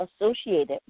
Associated